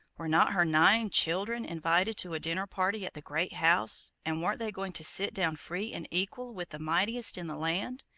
were not her nine childern invited to a dinner-party at the great house, and weren't they going to sit down free and equal with the mightiest in the land?